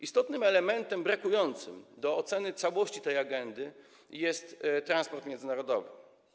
Istotnym elementem brakującym do oceny całości tej agendy jest transport międzynarodowy.